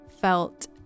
felt